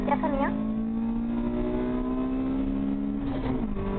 केह् आक्खानियां